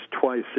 twice